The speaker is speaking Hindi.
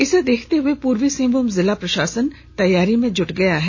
इसे देखते हुए पूर्वी सिंहभूम जिला प्रशासन तैयारी में जुट गया है